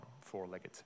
four-legged